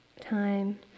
time